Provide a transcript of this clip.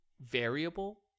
variable